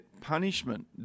punishment